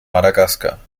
madagaskar